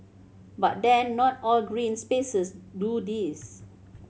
but then not all green spaces do this